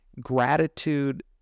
Gratitude